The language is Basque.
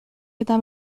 eta